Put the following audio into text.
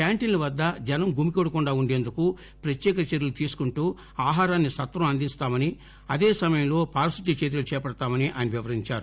క్యాంటీన్ల వద్ద జనం గుమిగూడకుండా ఉండేందుకు ప్రత్యేకచర్యలు తీసుకుంటూ ఆహారాన్ని సత్వరం అందచేస్తామని అదే సమయంలో పారిశుద్ద్వ చర్యలు చేపడతామని ఆయన వివరించారు